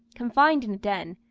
confined in a den,